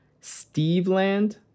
Steve-land